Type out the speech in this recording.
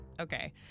okay